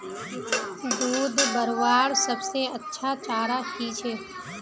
दूध बढ़वार सबसे अच्छा चारा की छे?